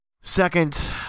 second